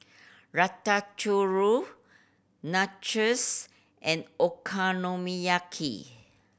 Nachos and Okonomiyaki